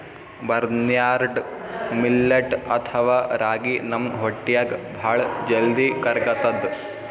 barnyard millet ಅಥವಾ ರಾಗಿ ನಮ್ ಹೊಟ್ಟ್ಯಾಗ್ ಭಾಳ್ ಜಲ್ದಿ ಕರ್ಗತದ್